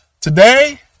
today